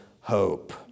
hope